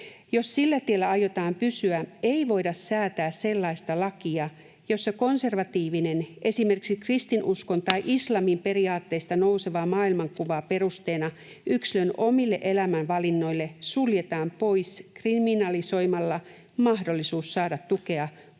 Jos sillä tiellä aiotaan pysyä, ei voida säätää sellaista lakia, jossa konservatiivinen, esimerkiksi kristinuskon tai islamin periaatteista nouseva maailmankuva perusteena yksilön omille elämän valinnoille suljetaan pois kriminalisoimalla mahdollisuus saada tukea [Puhemies: